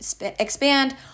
expand